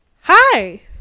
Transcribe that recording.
Hi